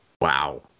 Wow